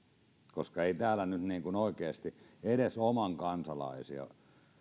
koska ei täällä nyt oikeasti edes omia kansalaisia